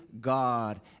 God